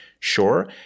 Sure